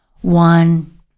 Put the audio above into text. One